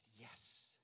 yes